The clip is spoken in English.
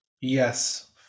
yes